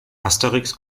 asterix